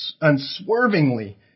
unswervingly